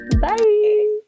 bye